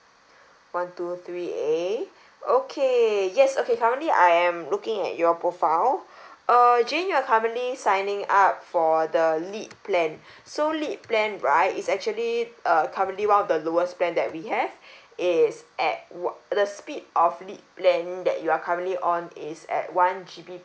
one two three A okay yes okay currently I am looking at your profile err jane you are currently signing up for the lead plan so lead plan right is actually uh currently one of the lowest plan that we have is at wo~ the speed of lead plan that you are currently on is at one G_B